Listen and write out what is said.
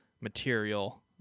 material